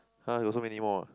!huh! got so many more ah